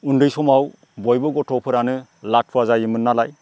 उन्दै समाव बयबो गथ'फोरानो लाथुवा जायोमोननालाय